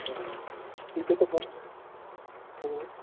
नहीं ठीक है तो फर्स्ट हाँ